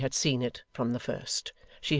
she had seen it from the first.